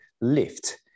lift